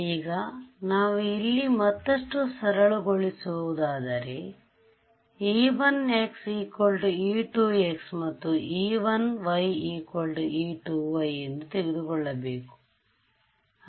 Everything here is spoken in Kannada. ಈಗ ನಾವು ಇಲ್ಲಿ ಮತ್ತಷ್ಟು ಸರಳಗೊಳಿಸುವುದಾದರೆ e1x e2x ಮತ್ತು e1y e2y ಎಂದು ತೆಗೆದುಕೊಳ್ಳಬೇಕು